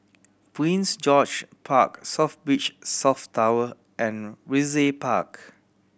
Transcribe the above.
Prince George Park South Beach South Tower and Brizay Park